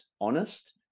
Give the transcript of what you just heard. honest